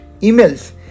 emails